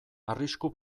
arrisku